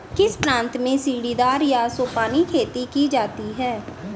किस प्रांत में सीढ़ीदार या सोपानी खेती की जाती है?